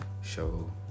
show